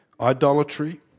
idolatry